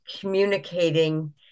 communicating